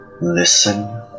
listen